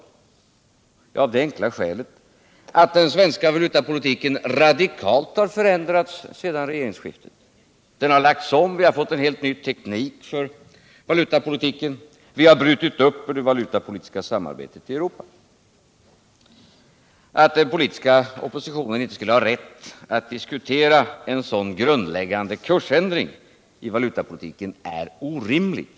Svaret är: Jo, av det enkla skälet att den svenska valutapolitiken radikalt har förändrats sedan regeringsskiftet. Den har lagts om, vi har fått en helt ny teknik för valutapolitiken, och vi har brutit upp det valutapolitiska samarbetet i Europa. Att den politiska oppositionen inte skulle ha rätt att diskutera en så grundläggande kursändring i valutapolitiken är orimligt!